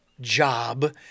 job